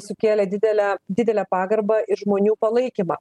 sukėlė didelę didelę pagarbą ir žmonių palaikymą